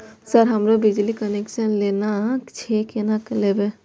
Sir हमरो बिजली connection लेना छे केना लेबे?